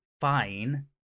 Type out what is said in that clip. fine